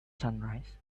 sunrise